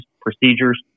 procedures